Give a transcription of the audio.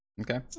Okay